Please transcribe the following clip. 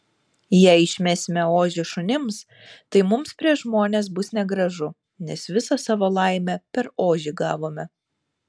jei išmesime ožį šunims tai mums prieš žmones bus negražu nes visą savo laimę per ožį gavome